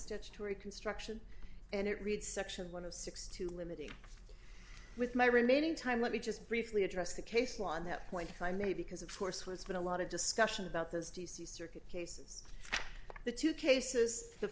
statutory construction and it reads section one of six too limiting with my remaining time let me just briefly address the case law on that point if i may because of course what's been a lot of discussion about those d c circuit cases the two cases the